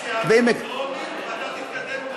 אז שיעבירו בטרומית, ואתה תתקדם עם